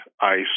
ICE